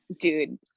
Dude